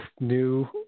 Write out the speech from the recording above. new